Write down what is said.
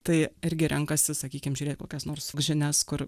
tai irgi renkasi sakykim žiūrėt kokias nors žinias kur